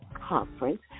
Conference